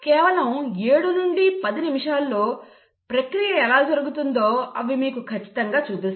కేవలం 7 నుండి 10 నిమిషాల్లో ప్రక్రియ ఎలా జరుగుతుందో అవి మీకు ఖచ్చితంగా చూపిస్తాయి